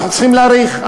אנחנו צריכים להאריך,